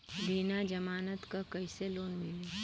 बिना जमानत क कइसे लोन मिली?